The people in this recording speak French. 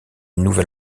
nouvel